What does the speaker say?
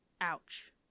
ouch